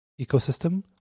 ecosystem